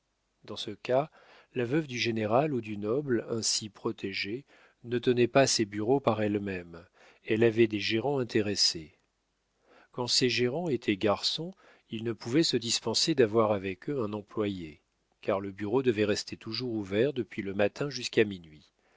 dans ce cas la veuve du général ou du noble ainsi protégé ne tenait pas ses bureaux par elle-même elle avait des gérants intéressés quand ces gérants étaient garçons ils ne pouvaient se dispenser d'avoir avec eux un employé car le bureau devait rester toujours ouvert depuis le matin jusqu'à minuit